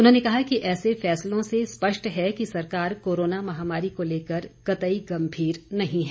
उन्होंने कहा कि ऐसे फैसलों से स्पष्ट है कि सरकार कोरोना महामारी को लेकर कतई गंभीर नहीं है